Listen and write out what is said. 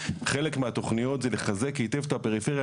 חלק מהתכניות זה לחזק היטב את הפריפריה.